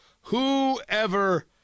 whoever